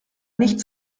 nicht